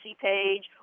page